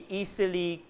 easily